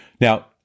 Now